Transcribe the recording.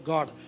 God